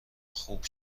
خوب